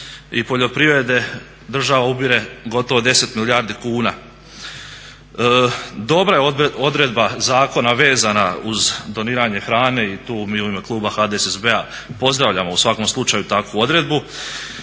i poljoprivrede države ubire gotovo 10 milijardi kuna. Dobra je odredba zakona vezana uz doniranje hrane i tu mi u ime kluba HDSSB-a pozdravljamo u svakom slučaju takvu odredbu.